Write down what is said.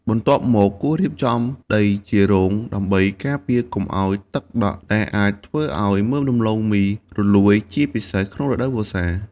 បន្ទាប់មក គួររៀបចំដីជារង ដើម្បីការពារកុំឱ្យទឹកដក់ដែលអាចធ្វើឱ្យមើមដំឡូងមីរលួយ ជាពិសេសក្នុងរដូវវស្សា។